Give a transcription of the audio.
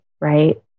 right